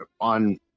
on